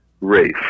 race